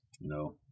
No